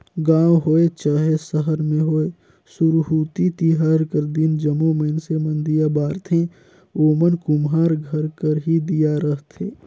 गाँव होए चहे सहर में होए सुरहुती तिहार कर दिन जम्मो मइनसे मन दीया बारथें ओमन कुम्हार घर कर ही दीया रहथें